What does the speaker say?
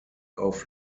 auf